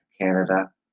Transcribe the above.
Canada